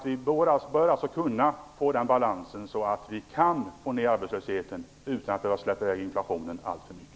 Vi bör alltså kunna uppnå en sådan balans att vi kan få ned arbetslösheten utan att behöva släppa i väg inflationen alltför mycket.